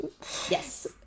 Yes